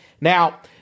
Now